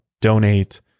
donate